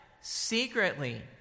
secretly